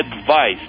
advice